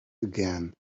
again